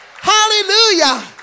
Hallelujah